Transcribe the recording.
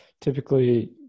typically